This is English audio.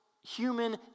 human